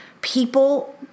People